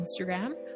Instagram